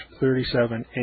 37A